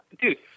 Dude